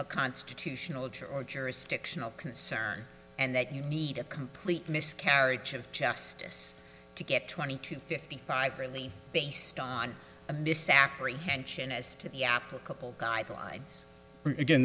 a constitutional or jurisdictional concern and that you need a complete miscarriage of justice to get twenty to fifty five relief based on a misapprehension as to the applicable guideline